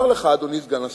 אדוני סגן השר,